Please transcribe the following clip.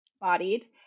bodied